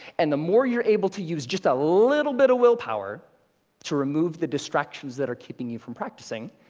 and the more you're able to use just a little bit of willpower to remove the distractions that are keeping you from practicing,